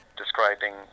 describing